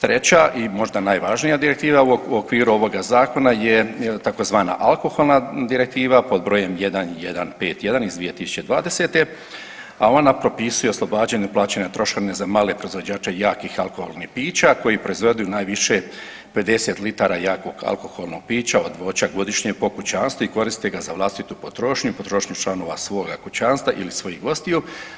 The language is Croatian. Treća i možda najvažnija direktiva u okviru ovog zakona je tzv. Alkoholna direktiva pod brojem 1151 iz 2020. a ona propisuje oslobađanje od plaćanja trošarine za male proizvođače jakih alkoholnih pića koji proizvedu najviše 50 litara jakog alkoholnog pića od voća godišnje po kućanstvu i koriste ga za vlastitu potrošnju i potrošnju članova svoga kućanstva ili svojih gostiju.